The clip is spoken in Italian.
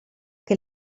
che